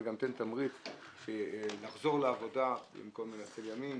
זה גם נותן תמריך לחזור לעבודה במקום לנצל ימים,